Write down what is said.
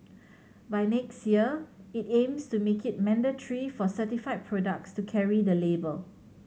by next year it aims to make it mandatory for certified products to carry the label